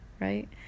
right